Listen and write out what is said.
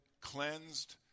cleansed